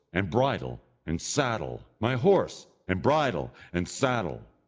and bridle, and saddle! my horse and bridle, and saddle!